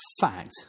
fact